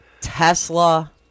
Tesla